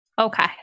Okay